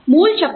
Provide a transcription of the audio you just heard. मूल शब्दावली